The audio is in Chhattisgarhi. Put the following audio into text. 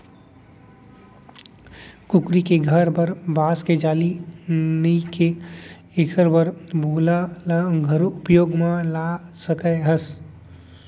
कुकरी के घर बर बांस के जाली नइये त एकर बर बोरा ल घलौ उपयोग म ला सकत हस